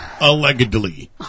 Allegedly